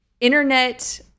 internet